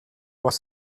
was